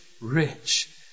rich